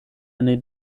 eine